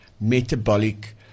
metabolic